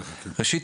ראשית,